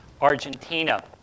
Argentina